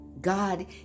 God